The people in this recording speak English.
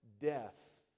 death